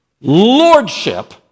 Lordship